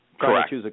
Correct